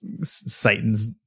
Satan's